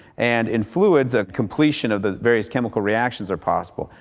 and in fluids a completion of the various chemical reactions are possible.